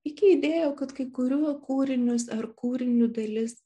iki idėjų kad kai kuriuos kūrinius ar kūrinio dalis